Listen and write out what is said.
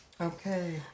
Okay